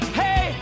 hey